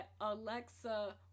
Alexa